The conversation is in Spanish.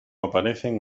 aparecen